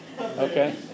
Okay